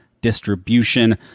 distribution